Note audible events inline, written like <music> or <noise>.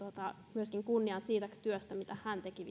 myöskin kunnian siitä työstä mitä hän teki <unintelligible>